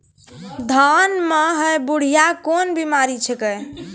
धान म है बुढ़िया कोन बिमारी छेकै?